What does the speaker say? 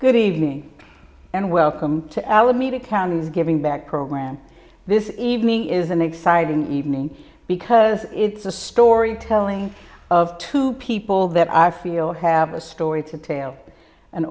good evening and welcome to alameda county is giving back program this is evening is an exciting evening because it's a story telling of two people that i feel have a story to tell an